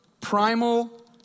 primal